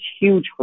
huge